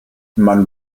man